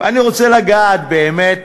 ואני רוצה לגעת באמת,